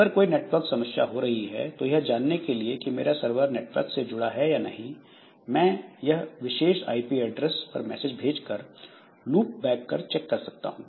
अगर कोई नेटवर्क समस्या हो रही हो तो यह जानने के लिए कि मेरा सर्वर नेटवर्क से जुड़ा है या नहीं मैं यह इस विशेष आईपी ऐड्रेस पर मैसेज भेज कर लूपबैक कर चेक कर सकता हूं